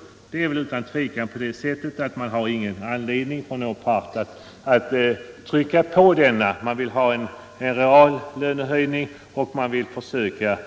Och det är väl utan tvivel på det sättet att ingen part har någon anledning att motarbeta en sådan åtgärd. Alla vill ha en reallönehöjning, och man vill försöka